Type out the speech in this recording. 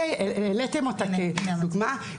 העליתם אותה כדוגמה.